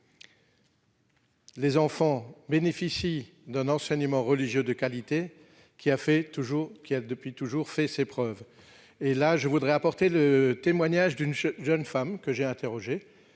ces départements bénéficient d'un enseignement religieux de qualité qui a depuis toujours fait ses preuves. J'apporte le témoignage d'une jeune femme que j'ai interrogée